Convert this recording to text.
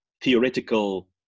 theoretical